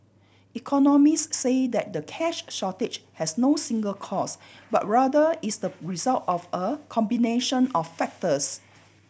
economists say that the cash shortage has no single cause but rather is the result of a combination of factors